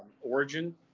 origin